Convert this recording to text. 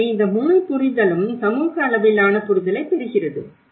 எனவே இந்த முழு புரிதலும் சமூக அளவிலான புரிதலைப் பெறுகிறது